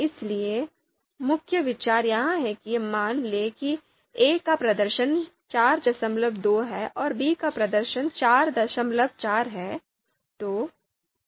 इसलिए मुख्य विचार यह है कि मान लें कि a का प्रदर्शन 42 है और b का प्रदर्शन 44 है